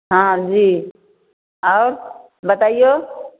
हँ जी आओर बतैऔ